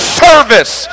service